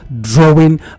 drawing